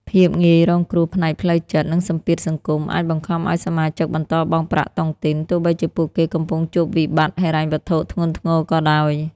ភាពងាយរងគ្រោះផ្នែកផ្លូវចិត្ត និងសម្ពាធសង្គម អាចបង្ខំឱ្យសមាជិកបន្តបង់ប្រាក់តុងទីន ទោះបីជាពួកគេកំពុងជួបវិបត្តិហិរញ្ញវត្ថុធ្ងន់ធ្ងរក៏ដោយ។